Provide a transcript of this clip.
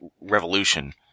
revolution